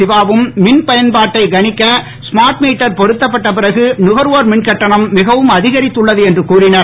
சிவாவும் மின் பயன்பாட்டை கணிக்க ஸ்மார்ட் மீட்டர் பொருத்தப்பட்ட பிறகு நுகர்வோர் மின் கட்டணம் மிகவும் அதிகரித்துள்ளது என்று கூறினர்